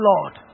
Lord